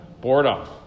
boredom